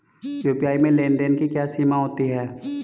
UPI में लेन देन की क्या सीमा होती है?